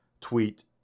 tweet